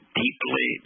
deeply